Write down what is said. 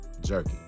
jerky